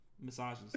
massages